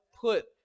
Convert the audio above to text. Put